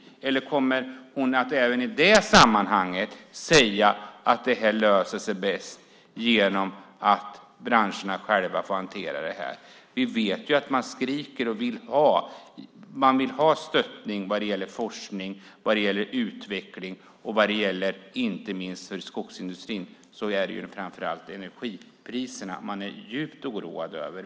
Eller kommer hon även i det sammanhanget att säga att det löser sig bäst genom att branscherna själva får hantera det? Vi vet att man skriker efter och vill ha stöttning vad gäller forskning och utveckling. Inte minst för skogsindustrin är det framför allt energipriserna man är djupt oroad över.